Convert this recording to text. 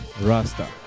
rasta